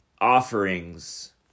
Offerings